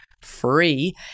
free